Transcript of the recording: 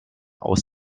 aus